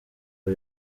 bwo